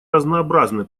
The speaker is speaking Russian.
разнообразны